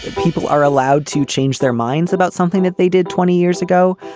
people are allowed to change their minds about something that they did twenty years ago.